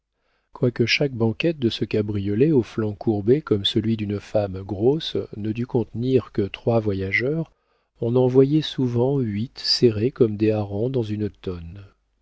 quoique chaque banquette de ce cabriolet au flanc courbé comme celui d'une femme grosse ne dût contenir que trois voyageurs on en voyait souvent huit serrés comme des harengs dans une tonne